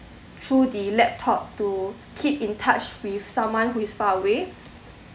through the laptop to keep in touch with someone who is far away